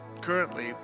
currently